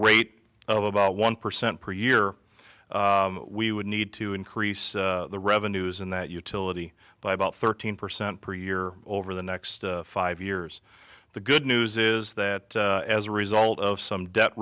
rate of about one percent per year we would need to increase the revenues in that utility by about thirteen percent per year over the next five years the good news is that as a result of some debt